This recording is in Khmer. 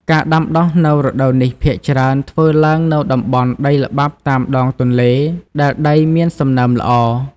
ការដាំដុះនៅរដូវនេះភាគច្រើនធ្វើឡើងនៅតំបន់ដីល្បាប់តាមដងទន្លេ ដែលដីមានសំណើមល្អ។